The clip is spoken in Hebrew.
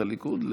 את הליכוד,